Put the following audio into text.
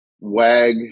wag